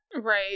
Right